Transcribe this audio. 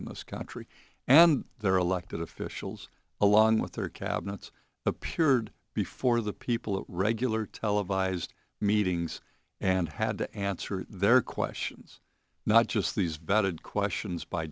in this country and their elected officials along with their cabinets appeared before the people at regular televised meetings and had to answer their questions not just these vetted questions by